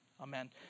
amen